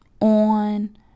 on